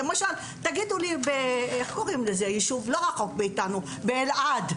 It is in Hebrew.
למשל, תגידו לי ביישוב לא רחוק מכאן, באלעד.